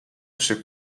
she